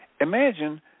Imagine